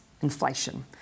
Inflation